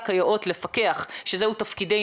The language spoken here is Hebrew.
כיאות ולעסוק בפיקוח על הרשויות המבצעות שזה תפקידנו